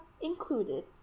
included